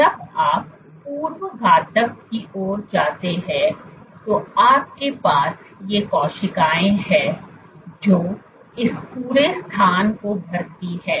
जब आप पूर्व घातक की ओर जाते हैं तो आपके पास ये कोशिकाएं है जो इस पूरे स्थान को भरती हैं